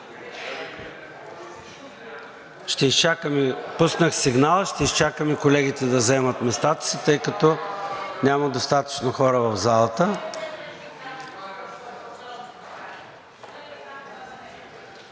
Не виждам. Пуснах сигнал и ще изчакаме колегите да заемат местата си, тъй като няма достатъчно хора в залата.